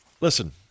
Listen